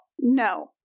No